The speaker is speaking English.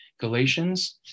Galatians